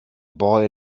boy